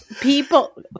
people